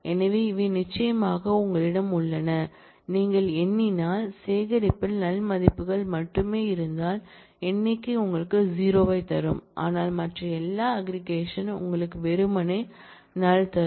எனவே இவை நிச்சயமாக உங்களிடம் உள்ளன நீங்கள் எண்ணினால் சேகரிப்பில் நல் மதிப்புகள் மட்டுமே இருந்தால் எண்ணிக்கை உங்களுக்கு 0 ஐத் தரும் ஆனால் மற்ற எல்லா அக்ரிகேஷன் உங்களுக்கு வெறுமனே நல் தரும்